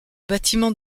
bâtiment